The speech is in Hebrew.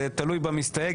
זה תלוי במסתייג,